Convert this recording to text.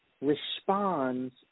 responds